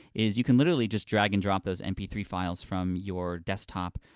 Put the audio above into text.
is you can literally just drag and drop those m p three files from your desktop,